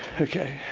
okay.